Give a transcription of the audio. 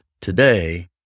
today